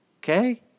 Okay